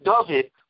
David